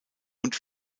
und